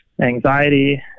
anxiety